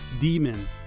demon